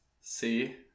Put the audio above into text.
See